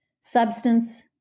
substance